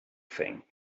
thing